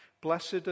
Blessed